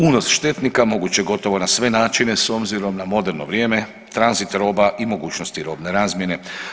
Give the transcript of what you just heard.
Unos štetnika moguć je gotovo na sve načine s obzirom na moderno vrijeme, tranzit roba i mogućnosti robne razmjene.